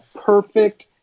perfect